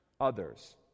others